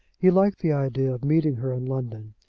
he liked the idea of meeting her in london.